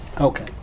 Okay